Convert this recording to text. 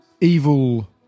evil